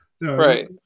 Right